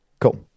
Cool